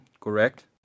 correct